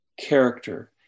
character